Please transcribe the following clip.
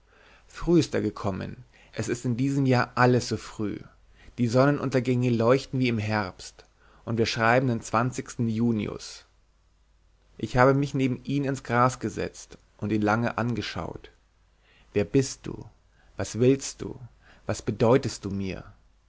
ist er gekommen es ist in diesem jahr alles so früh die sonnenuntergänge leuchten wie im herbst und wir schreiben den junius ich habe mich neben ihn ins gras gesetzt und ihn lange angeschaut wer bist du was willst du was bedeutest du mir